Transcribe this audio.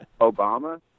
Obama